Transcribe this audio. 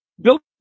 Built